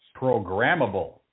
Programmable